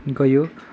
गयो